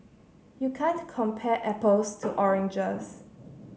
you can't compare apples to oranges